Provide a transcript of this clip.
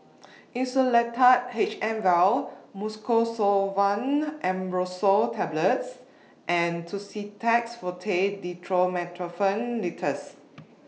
Insulatard H M Vial Mucosolvan Ambroxol Tablets and Tussidex Forte Dextromethorphan Linctus